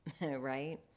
right